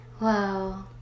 Wow